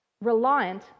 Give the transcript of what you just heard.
reliant